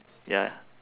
ya